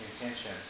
intention